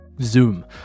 zoom